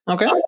Okay